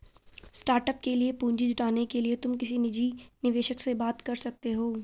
startup के लिए पूंजी जुटाने के लिए तुम किसी निजी निवेशक से बात कर सकते हो